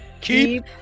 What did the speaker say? Keep